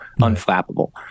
unflappable